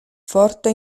forte